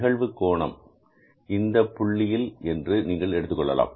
நிகழ்வு கோணம் இந்த புள்ளியில் என்று நீங்கள் எடுத்துக்கொள்ளலாம்